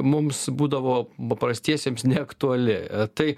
mums būdavo paprastiesiems neaktuali tai